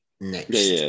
next